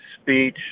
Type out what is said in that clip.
speech